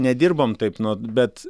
nedirbom taip bet